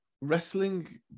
wrestling